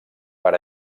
per